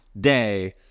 day